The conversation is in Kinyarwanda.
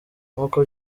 nkuko